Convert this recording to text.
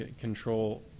control